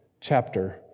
chapter